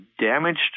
damaged